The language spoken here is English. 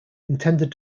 intended